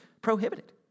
prohibited